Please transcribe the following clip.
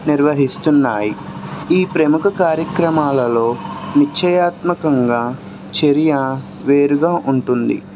నిర్వహిస్తున్నాయి ఈ ప్రముఖ కార్యక్రమాలలో నిత్యయాత్మకంగా చర్య వేరుగా ఉంటుంది